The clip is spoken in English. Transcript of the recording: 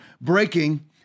breaking